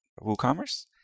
WooCommerce